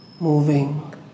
moving